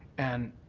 and